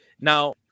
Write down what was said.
Now